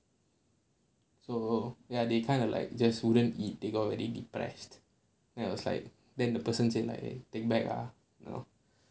so ya they kind of like just wouldn't eat they got really depressed then I was like then the person say like eh take back lah you know